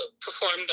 performed